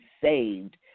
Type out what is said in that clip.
saved